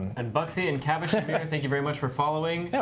and but and kind of thank you very much for following. yeah